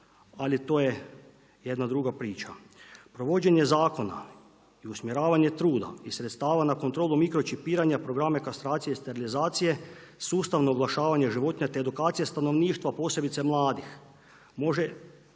ali to je jedna druga priča. Provođenje zakona i usmjeravanje truda i sredstava na kontrolu mikročipiranja programe kastracije, sterilizacije sustavno oglašavanje životinja te edukacija stanovništva posebice mladih može